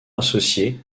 associé